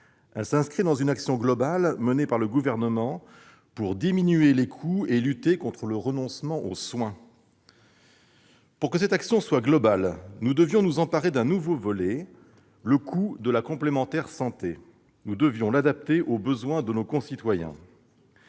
Elle s'inscrit dans une action globale menée par le Gouvernement pour diminuer les coûts et lutter contre le renoncement aux soins. Pour que cette action soit globale, nous devions nous emparer d'un nouveau volet : le coût de la complémentaire santé. Nous devions l'adapter aux besoins de nos concitoyens.